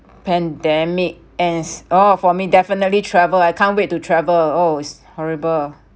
pandemic as orh for me definitely travel I can't wait to travel oh it's horrible